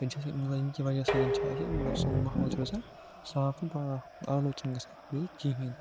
مطلب ییٚمہِ کہ وجہ سۭتۍ چھِ اَسہِ مطلب سون ماحول چھُ روزان صاف تہٕ پاک آلوٗد چھِنہٕ گژھان بیٚیہِ کِہیٖنۍ